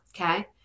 okay